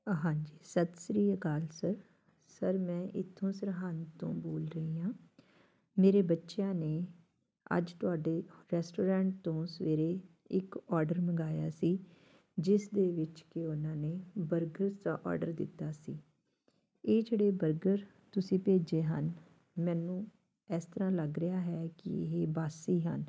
ਅ ਹਾਂਜੀ ਸਤਿ ਸ਼੍ਰੀ ਅਕਾਲ ਸਰ ਸਰ ਮੈਂ ਇਥੋਂ ਸਰਹੰਦ ਤੋਂ ਬੋਲ ਰਹੀ ਹਾਂ ਮੇਰੇ ਬੱਚਿਆਂ ਨੇ ਅੱਜ ਤੁਹਾਡੇ ਰੈਸਟੋਰੈਂਟ ਤੋਂ ਸਵੇਰੇ ਇੱਕ ਔਡਰ ਮੰਗਾਇਆ ਸੀ ਜਿਸ ਦੇ ਵਿੱਚ ਕਿ ਉਹਨਾਂ ਨੇ ਬਰਗਰਸ ਦਾ ਔਡਰ ਦਿੱਤਾ ਸੀ ਇਹ ਜਿਹੜੇ ਬਰਗਰ ਤੁਸੀਂ ਭੇਜੇ ਹਨ ਮੈਨੂੰ ਇਸ ਤਰ੍ਹਾਂ ਲੱਗ ਰਿਹਾ ਹੈ ਕਿ ਇਹ ਵਾਸੇ ਹਨ